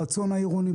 ברצון העירוני,